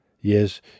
Yes